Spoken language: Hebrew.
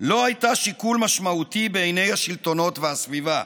לא הייתה שיקול משמעותי בעיני השלטונות והסביבה,